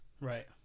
Right